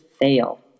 fail